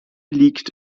liegt